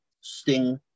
Sting